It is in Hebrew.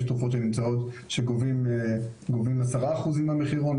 יש תרופות שגובים 10% מהמחירון,